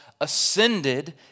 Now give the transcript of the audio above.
ascended